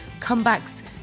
comebacks